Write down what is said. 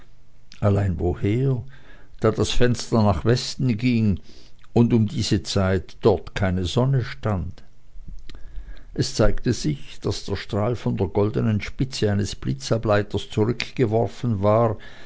allein woher da das fenster nach westen ging und um diese zeit dort keine sonne stand es zeigte sich daß der strahl von der goldenen spitze eines blitzableiters zurückgeworfen war